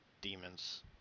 demons